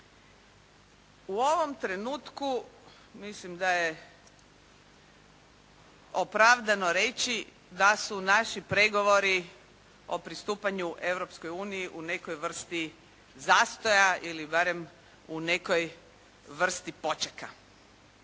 U ovom trenutku mislim da je opravdano reći da su naši pregovori o pristupanju Europskoj uniji u nekoj vrsti zastoja ili barem u nekoj vrsti počeka.